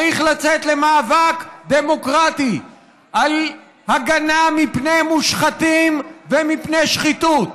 צריך לצאת למאבק דמוקרטי להגנה מפני מושחתים ומפני שחיתות,